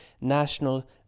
National